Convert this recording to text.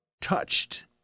touched